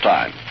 Time